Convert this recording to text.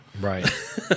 right